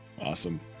Awesome